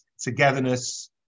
togetherness